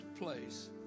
place